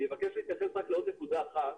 אני אבקש להתייחס לעוד נקודה אחת,